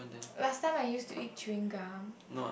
last time I use to eat chewing gum